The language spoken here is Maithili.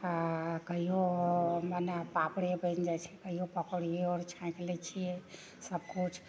आओर कहियो मने पापड़े बनि जाइ छै कहियो कऽ तरुवे आर छाँकि लै छियै सबकिछु